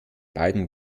beidem